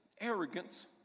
arrogance